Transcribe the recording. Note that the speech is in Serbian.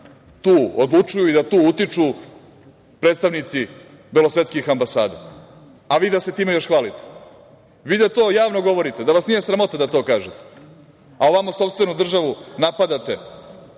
tu odlučuju i da tu utiču predstavnici belosvetskih ambasada, a vi da se time još hvalite. Vi da to javno govorite, da vas nije sramota da to kažete, a ovamo sopstvenu državu napadate